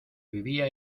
vivía